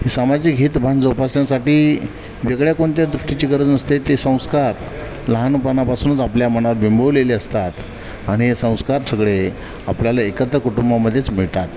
सामाजिक हित भान जोपासण्यासाठी वेगळ्या कोणत्या दृष्टीची गरज नसते ते संस्कार लहानपणापासूनच आपल्या मनात बिंबवलेले असतात आणि हे संस्कार सगळे आपल्याला एकत्र कुटुंबामध्येच मिळतात